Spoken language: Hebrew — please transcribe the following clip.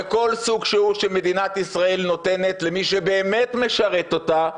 וכל סוג שהוא שמדינת ישראל נותנת למי שבאמת משרת אותה,